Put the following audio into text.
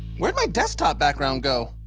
where'd my desktop background go?